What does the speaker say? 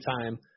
time